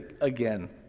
again